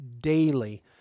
daily